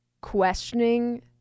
questioning